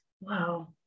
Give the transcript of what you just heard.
Wow